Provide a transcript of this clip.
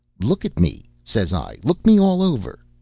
look at me, says i, look me all over.